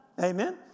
Amen